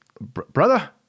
brother